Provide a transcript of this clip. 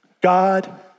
God